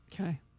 Okay